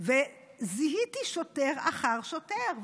וזיהיתי שוטר אחר שוטר.